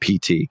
PT